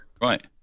right